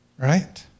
right